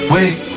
Wait